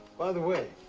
by the way,